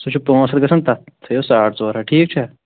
سُہ چھُ پأنٛژ ہتھ گَژھان تتھ تھٲوِو ساڑ ژور ہتھ ٹھیٖک چھا